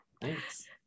Thanks